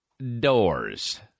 Doors